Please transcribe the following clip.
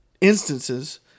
instances